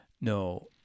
No